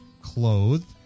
clothed